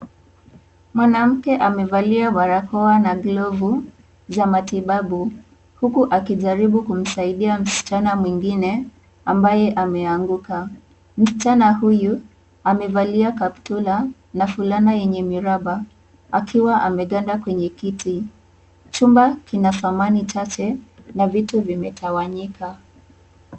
Mwanamke amevalia barakoa na glovu za matibabu huku akijaribu kumsaidia msichana mwingine ambaye ameanguka. Msichana huyu amevalia kaptura na fulana yenye miraba akiwa ameganda kwenye kiti. Chumba kina samani chache na viti vimetawanyika.